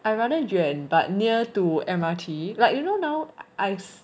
I rather 远 but near to M_R_T like you know now I